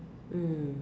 mm